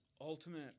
ultimate